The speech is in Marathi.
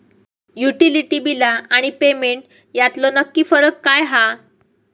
युटिलिटी बिला आणि पेमेंट यातलो नक्की फरक काय हा?